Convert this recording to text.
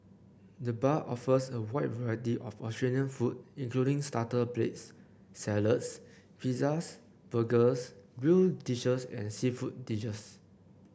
the bar offers a wide variety of Australian food including starter plates salads pizzas burgers grill dishes and seafood dishes